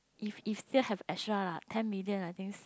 if if still have extra lah ten million I think s~